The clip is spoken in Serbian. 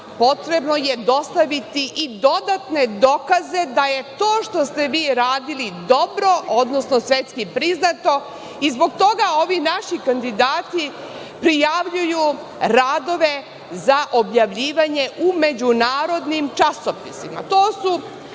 potrebno je dostaviti i dodatne dokaze da je to što ste vi radili dobro, odnosno svetski priznato i zbog toga ovi naši kandidati prijavljuju radove za objavljivanje u međunarodnim časopisima.